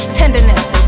tenderness